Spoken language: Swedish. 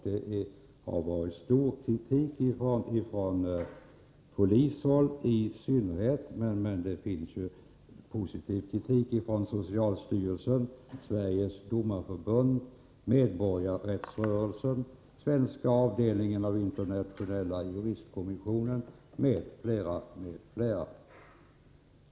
Det har framförts stark kritik, i synnerhet från polishåll, men det har också anförts positiv kritik från socialstyrelsen, Sveriges domarförbund, Medborgarrättsrörelsen, Svenska avdelningen av Internationella juristkommissionen, m.fl.